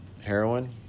Heroin